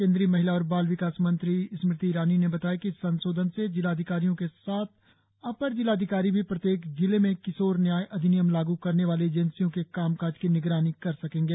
केंद्रीय महिला और बाल विकास मंत्री स्मृति ईरानी ने बताया कि इस संशोधन से जिलाधिकारियों के साथ साथ अपर जिलाधिकारी भी प्रत्येक जिले में किशोर न्याय अधिनियम लागू करने वाली एजेंसियों के कामकाज की निरानी कर सकेंगे